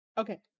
Okay